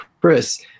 Chris